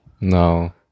no